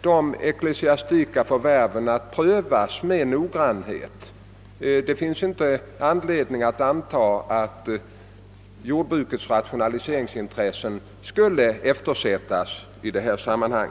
de ecklesiastika förvärven att noggrant prövas. Det finns inte anledning antaga att jordbrukets rationaliseringsintressen skulle eftersättas i detta sammanhang.